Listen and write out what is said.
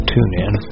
TuneIn